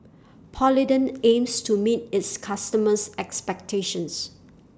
Polident aims to meet its customers' expectations